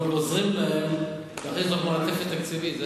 אנחנו עוזרים להם להכין מערכת תקציבית,